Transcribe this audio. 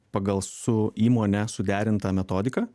pagal su įmone suderintą metodiką